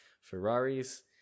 Ferraris